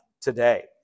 today